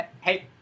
Hey